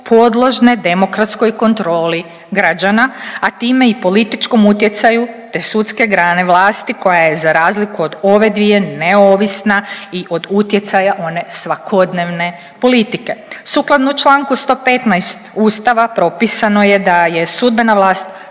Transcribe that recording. podložne demokratskoj kontroli građana, a time i političkom utjecaju te sudske grane vlasti koja je za razliku od ove dvije neovisna i od utjecaja one svakodnevne politike. Sukladno članku 115. Ustava propisano je da je sudbena vlast